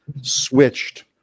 switched